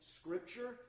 scripture